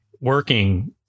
working